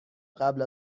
قبل